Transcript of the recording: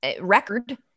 record